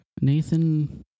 Nathan